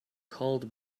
called